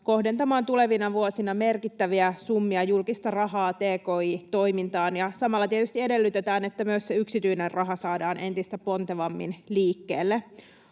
kohdentamaan tulevina vuosina merkittäviä summia julkista rahaa tki-toimintaan, ja samalla tietysti edellytetään, että myös se yksityinen raha saadaan entistä pontevammin liikkeelle.